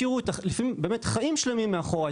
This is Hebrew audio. השאירו לפעמים באמת חיים שלמים מאחורה,